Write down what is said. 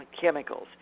chemicals